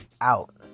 out